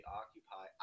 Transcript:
occupy